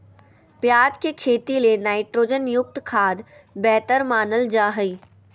प्याज के खेती ले नाइट्रोजन युक्त खाद्य बेहतर मानल जा हय